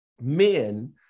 men